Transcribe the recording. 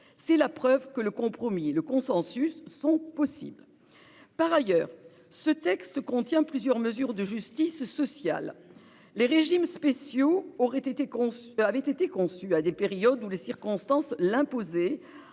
C'est la preuve que le compromis et le consensus sont possibles. Par ailleurs, ce texte contient plusieurs mesures de justice sociale. Les régimes spéciaux avaient été conçus à des périodes où les circonstances l'imposaient,